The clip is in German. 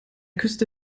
küste